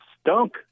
stunk